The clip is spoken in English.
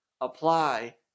apply